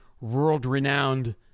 world-renowned